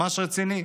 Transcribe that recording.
ממש רציני.